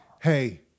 hey